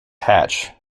hatch